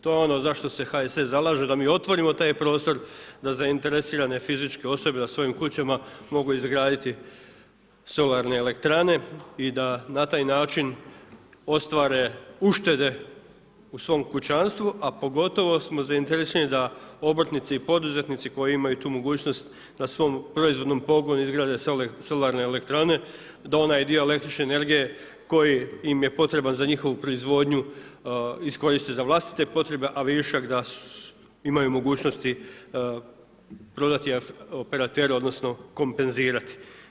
To je ono za što se HSS zalaže, da mi otvorimo taj prostor da zainteresirane fizičke osobe na svojim kućama mogu izgraditi solarne elektrane i da na taj način ostvare uštede u svom kućanstvu a pogotovo smo zainteresirani da obrtnici i poduzetnici koji imaju tu mogućnost na svom proizvodnom pogonu izgrade solarne elektrane, da onaj dio električne energije koji im je potreban za njihovu proizvodnju iskoriste za vlastite potrebe a višak da imaju mogućnosti prodati operateru, odnosno kompenzirati.